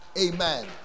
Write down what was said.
Amen